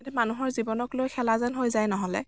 এতিয়া মানুহৰ জীৱনক লৈ খেলা যেন হৈ যায় নহ'লে